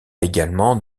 également